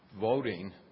voting